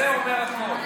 זה אומר הכול.